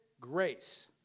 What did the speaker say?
grace